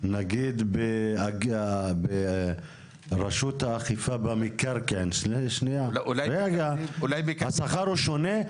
נניח ברשות האכיפה במקרקעין, השכר הוא שונה?